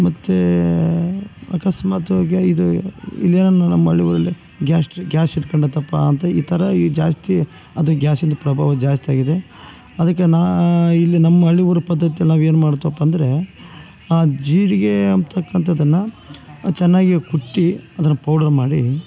ಮತ್ತು ಆಕಸ್ಮಾತಾಗಿ ಇದು ಇನ್ನೇನು ನಮ್ಮ ಹಳ್ಳಿಗಳಲ್ಲಿ ಗ್ಯಾಸ್ಟ್ರಿಕ್ ಗ್ಯಾಸ್ ಹಿಡ್ಕಂಡೈತಪ್ಪ ಅಂತ ಈ ಥರ ಈ ಜಾಸ್ತಿ ಅದೇ ಗ್ಯಾಸಿಂದು ಪ್ರಭಾವ ಜಾಸ್ತಿ ಆಗಿದೆ ಅದಕ್ಕೆ ನಾ ಇಲ್ಲಿ ನಮ್ಮ ಹಳ್ಳಿಗಳ ಪದ್ಧತಿಯಲ್ಲಿ ಏನು ಮಾಡ್ತೀವಪ್ಪನ್ದ್ರೆ ಆ ಜೀರಿಗೆ ಅಂತಕ್ಕಂಥದ್ದನ್ನ ಚೆನ್ನಾಗಿ ಕುಟ್ಟಿ ಅದನ್ನ ಪೌಡರ್ ಮಾಡಿ